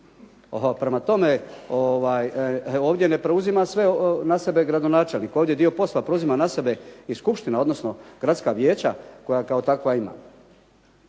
Prema tome, ovdje ne preuzima sve na sebe gradonačelnik, ovdje dio posla preuzima na sebe i skupština, odnosno gradska vijeća koja kao takva ima.